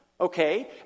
okay